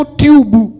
tube